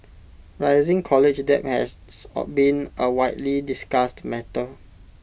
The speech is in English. rising college debt has been A widely discussed matter